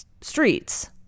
streets